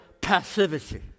passivity